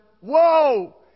Whoa